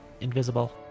invisible